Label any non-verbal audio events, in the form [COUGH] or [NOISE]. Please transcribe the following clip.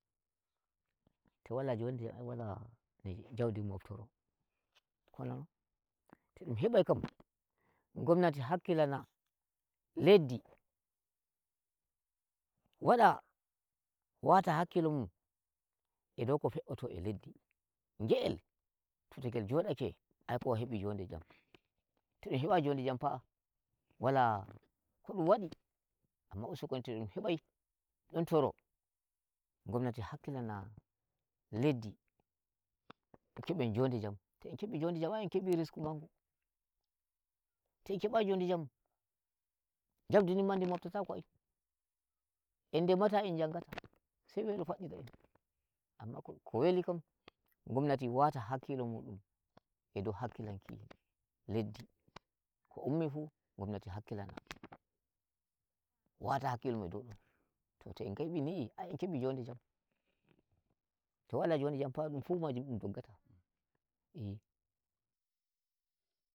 To wai njonden ai [NOISE] wala e jaudi moftoro [NOISE] ko nanon? to dum hebai kam [NOISE] ngomnati hakkila na leddi, wala wata hakkilo mun edo ko fe'oto e leddi, ngel to ngel djodake ai kowa hebi njonde jam. [NOISE] to dum hebayi njonde jam fa, wala ko dum wadi, [NOISE] amma usekoni to dum heɓai dum toro ngomanti hakkila na leddi [NOISE] keben njonde jam, to en kebi njonde jam ai en kebi risku mangu. to en kebayi njonde jam jaundi ndin [NOISE] ma ndi mobtatako ai, en ndemata, en njangata, [NOISE] sai welo faddi da'en. Amma ko ko weli kam ngomnati wata hakkilo mu dum edo hakkilanki leddi, ko ummi fu mgomnati hakkila na, [NOISE] wata hakkilo mun dou don to to en nkeɓi ni'i, ai en keɓi njonde jam. To wala njonde jam to dum fu majum wala dum doggata iyyi. [NOISE]